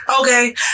okay